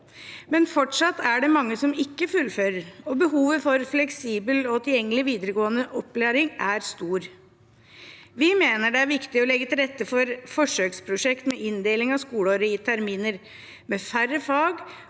Men fortsatt er det mange som ikke fullfører, og behovet for fleksibel og tilgjengelig videregående opplæring er stort. Vi mener det er viktig å legge til rette for forsøksprosjekt med inndeling av skoleåret i terminer, med færre fag